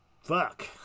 fuck